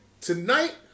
tonight